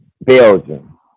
Belgium